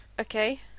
Okay